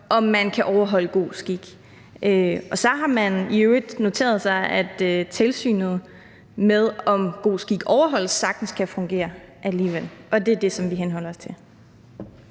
om man kan overholde god skik, og så har man for det andet noteret sig, at tilsynet med, om god skik overholdes, sagtens kan fungere alligevel, og det er det, som vi henholder os til.